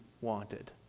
wanted